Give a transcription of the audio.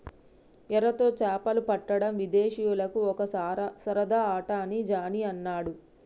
ఎరతో చేపలు పట్టడం విదేశీయులకు ఒక సరదా ఆట అని జానీ అన్నాడు